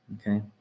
okay